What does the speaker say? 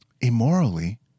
immorally